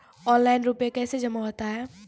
Online रुपये कैसे जमा होता हैं?